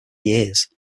years